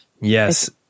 Yes